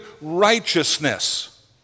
righteousness